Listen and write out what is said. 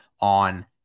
on